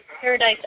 Paradise